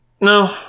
no